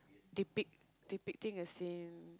depict depicting a scene